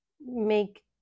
make